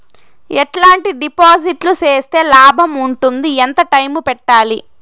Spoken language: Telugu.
ఎట్లాంటి డిపాజిట్లు సేస్తే లాభం ఉంటుంది? ఎంత టైము పెట్టాలి?